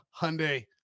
Hyundai